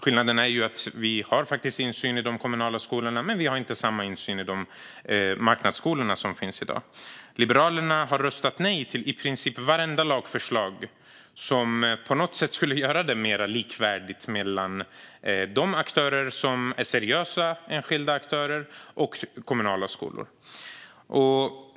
Men medan vi har insyn i de kommunala skolorna har vi det inte i marknadsskolorna. Liberalerna har röstat nej till i princip vartenda lagförslag som skulle göra det mer likvärdigt mellan seriösa enskilda aktörer och kommunala skolor.